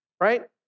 right